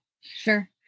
Sure